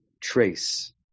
trace